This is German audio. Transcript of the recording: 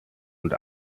und